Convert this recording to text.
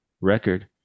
record